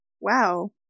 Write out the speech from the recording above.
Wow